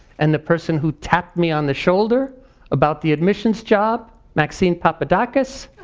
and the person who tapped me on the shoulder about the admissions job, maxine popadockas,